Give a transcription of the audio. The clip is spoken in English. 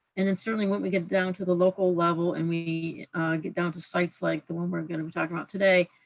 and then and certainly when we get down to the local level and we get down to sites like the one we're going to be talking about today,